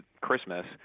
Christmas